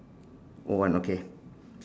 oh one okay